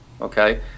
okay